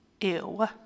Ew